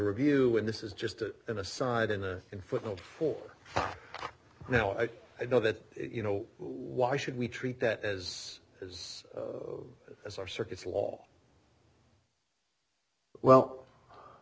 review and this is just an aside and in football for now i know that you know why should we treat that as as as our circuits law well